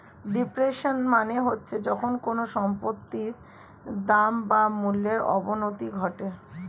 depreciation মানে হচ্ছে যখন কোনো সম্পত্তির দাম বা মূল্যর অবনতি ঘটে